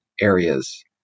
areas